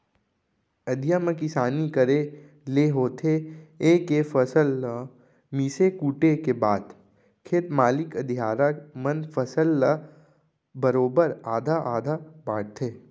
अधिया म किसानी करे ले होथे ए के फसल ल मिसे कूटे के बाद खेत मालिक अधियारा मन फसल ल ल बरोबर आधा आधा बांटथें